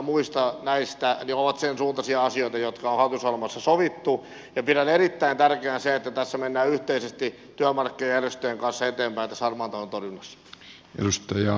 ne ovat sen suuntaisia asioita jotka on hallitusohjelmassa sovittu ja pidän erittäin tärkeänä sitä että mennään yhteisesti työmarkkinajärjestöjen kanssa eteenpäin tässä harmaan talouden torjunnassa